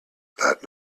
that